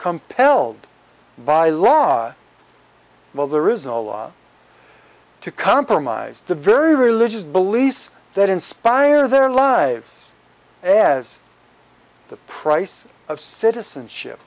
compelled by law while there is no law to compromise the very religious beliefs that inspire their lives as the price of citizenship